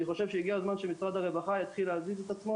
אני חושב שהגיע הזמן שמשרד הרווחה יתחיל להזיז את עצמו